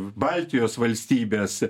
baltijos valstybes